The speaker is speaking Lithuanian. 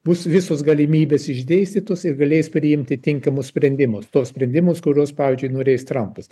bus visos galimybės išdėstytos ir galės priimti tinkamus sprendimus tuos sprendimus kuriuos pavyzdžiui norės trampas